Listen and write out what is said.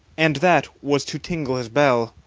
and that was to tingle his bell.